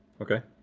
okay,